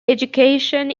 education